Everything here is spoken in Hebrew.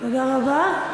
תודה רבה.